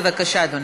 בבקשה, אדוני.